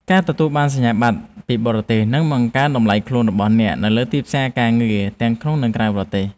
ការទទួលបានសញ្ញាបត្រពីបរទេសនឹងបង្កើនតម្លៃខ្លួនរបស់អ្នកនៅលើទីផ្សារការងារទាំងក្នុងនិងក្រៅប្រទេស។